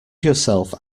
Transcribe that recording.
yourself